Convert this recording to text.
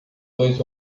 dois